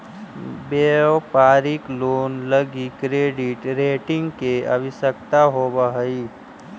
व्यापारिक लोन लगी credit rating के आवश्यकता होवऽ हई